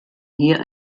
hier